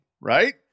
right